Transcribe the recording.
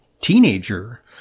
teenager